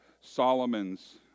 Solomon's